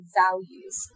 values